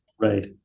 Right